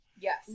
Yes